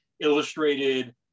Illustrated